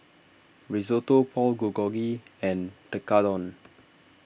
Risotto Pork Bulgogi and Tekkadon